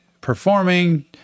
performing